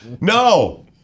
no